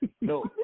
No